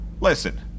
Listen